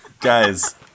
Guys